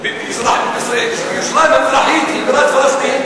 ירושלים המזרחית היא בירת פלסטין.